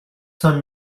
cinq